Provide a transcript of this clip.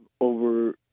over